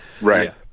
Right